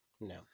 No